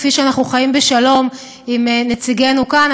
כפי שאנחנו חיים בשלום עם נציגינו כאן,